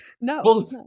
No